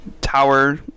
tower